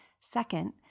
Second